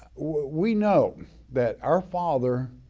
we know that our father,